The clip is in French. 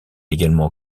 également